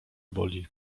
boli